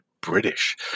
British